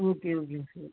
okay ஓகேங்க sir